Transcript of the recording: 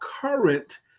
current